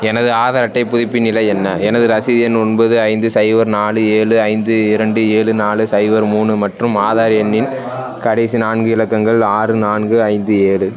எனது ஆதார் அட்டை புதுப்பின் நிலை என்ன எனது ரசீது எண் ஒன்பது ஐந்து சைபர் நாலு ஏழு ஐந்து இரண்டு ஏழு நாலு சைபர் மூணு மற்றும் ஆதார் எண்ணின் கடைசி நான்கு இலக்கங்கள் ஆறு நான்கு ஐந்து ஏழு